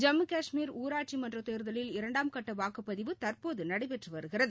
ஜம்மு கஷ்மீர் ஊராட்சிமன்றதேர்தலில் இரண்டாம் கட்டவாக்குப்பதிவு தற்போதுநடைபெற்றுவருகிறது